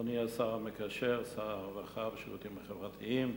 אדוני השר המקשר, שר הרווחה והשירותים החברתיים,